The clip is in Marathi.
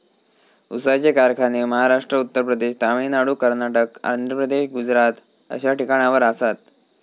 ऊसाचे कारखाने महाराष्ट्र, उत्तर प्रदेश, तामिळनाडू, कर्नाटक, आंध्र प्रदेश, गुजरात अश्या ठिकाणावर आसात